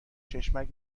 چشمک